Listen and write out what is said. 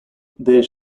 there